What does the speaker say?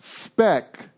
Spec